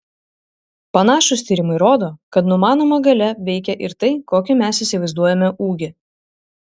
panašūs tyrimai rodo kad numanoma galia veikia ir tai kokį mes įsivaizduojame ūgį